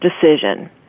decision